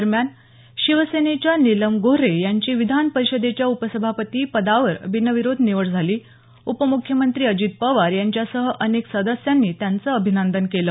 दरम्यान शिवसेनेच्या नीलम गोऱ्हे यांची विधान परिषदेच्या उपसभापती पदावर बिनविरोध निवड झाली उपमुख्यमंत्री अजित पवार यांच्यासह अनेक सदस्यांनी त्यांचं अभिनंदन केलं